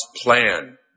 plan